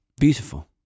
beautiful